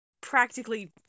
practically